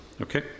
Okay